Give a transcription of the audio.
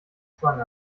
zwang